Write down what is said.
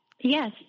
Yes